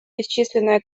бесчисленное